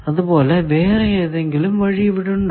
അത് പോലെ വേറെ ഏതെങ്കിലും വഴി ഇവിടുണ്ടോ